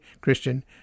Christian